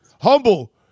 Humble